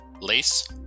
Lace